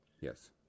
Yes